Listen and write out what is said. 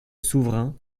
souverain